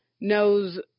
knows